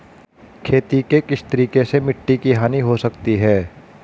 खेती के किस तरीके से मिट्टी की हानि हो सकती है?